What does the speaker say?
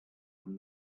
from